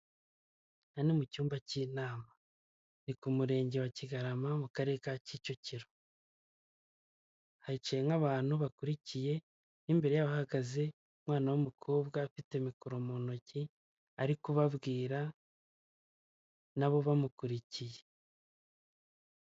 Aha ni mu cyumba cy'inama. Ni ku murenge wa kigarama mu karere ka kicukiro. Hicaye nk'abantu bakurikiye n'imbere yabo hahagaze umwana w'umukobwa, ufite mikoro mu ntoki ari kubabwira, nabo bamukurikiye.